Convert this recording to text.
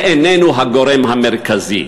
זה איננו הגורם המרכזי.